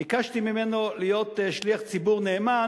ביקשתי ממנו להיות שליח ציבור נאמן